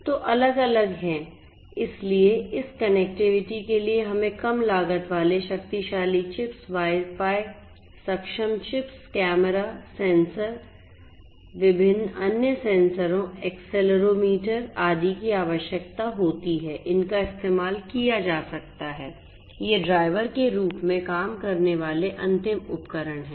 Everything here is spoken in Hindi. तो अलग अलग हैं इसलिए इस कनेक्टिविटी के लिए हमें कम लागत वाले शक्तिशाली चिप्स वाई फाई सक्षम चिप्स कैमरा सेंसर विभिन्न अन्य सेंसर एक्सेलेरोमीटर आदि की आवश्यकता होती है इनका इस्तेमाल किया जा सकता है ये ड्राइवर के रूप में काम करने वाले अंतिम उपकरण हैं